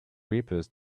rippers